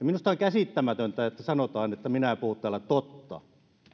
minusta on käsittämätöntä että sanotaan että minä en puhu täällä totta